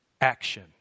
action